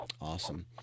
Awesome